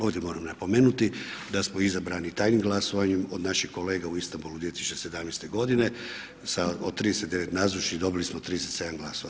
Ovdje moram napomenuti da smo izabrani tajnim glasovanjem od naših kolega u Istanbulu 2017. godine sa od 39 nazočnih dobili smo 37 glasova.